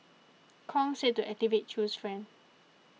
Kong said to activate Chew's friend